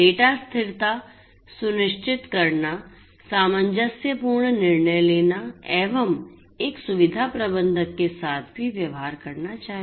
data स्थिरता सुनिश्चित करना सामंजस्यपूर्ण निर्णय लेना एवं एक सुविधा प्रबंधक के साथ भी व्यवहार करना चाहिए